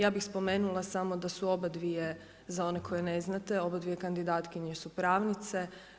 Ja bih spomenula samo da su obadvije za one koji ne znate, obadvije kandidatkinje su pravnice.